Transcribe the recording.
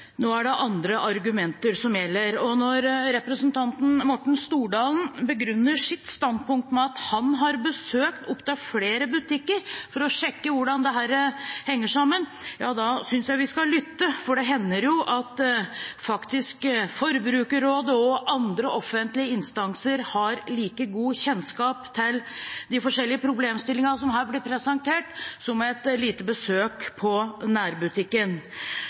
Nå er det andre argumenter som gjelder. Når representanten Morten Stordalen begrunner sitt standpunkt med at han har besøkt opptil flere butikker for å sjekke hvordan dette henger sammen, synes jeg vi skal lytte, for det hender jo at Forbrukerrådet og andre offentlige instanser faktisk har like god kjennskap til de forskjellige problemstillingene som her blir presentert, som man får gjennom et lite besøk på nærbutikken.